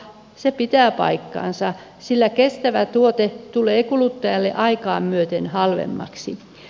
se pitää paikkansa sillä kestävä tuote tulee kuluttajalle aikaa myöten halvemmaksi